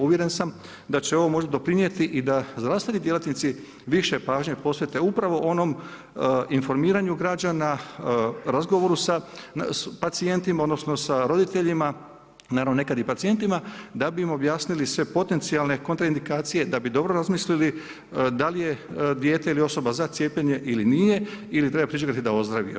Uvjeren sam da će ovo možda doprinijeti i da zdravstveni djelatnici više pažnje posvete upravo onom informiranju građana, razgovoru sa pacijentima odnosno sa roditeljima, naravno nekada i pacijentima da bi im objasnili sve potencijalne kontraindikacije da bi dobro razmislili da li je dijete ili osoba za cijepljenje ili nije, ili treba pričekati da ozdravi.